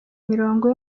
imirongo